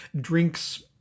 drinks